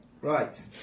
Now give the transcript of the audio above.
Right